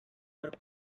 were